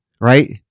right